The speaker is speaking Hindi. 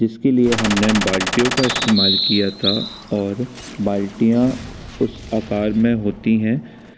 जिसके लिए हमने बाल्टियों का इस्तेमाल किया था और बाल्टियाँ उस आकर में होती हैं